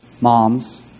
moms